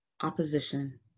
opposition